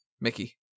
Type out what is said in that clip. Mickey